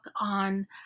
on